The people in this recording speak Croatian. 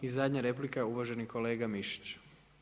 I zadnja replika je uvaženi kolega Mišić.